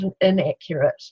inaccurate